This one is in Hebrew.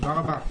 תודה רבה.